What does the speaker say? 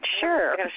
Sure